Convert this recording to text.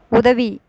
உதவி